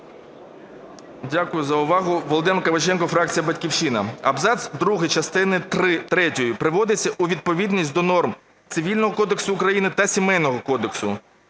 Дякую за увагу. Володимир Кабаченко, фракція "Батьківщина". Абзац другий частини третьої приводиться у відповідність до норм Цивільного кодексу України та Сімейного кодексу.